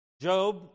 Job